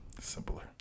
Simpler